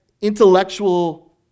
intellectual